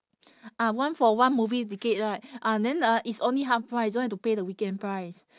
ah one for one movie ticket right ah then uh it's only half price don't have to pay the weekend price